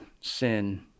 sin